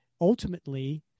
ultimately